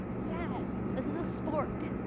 sad. this is a spork.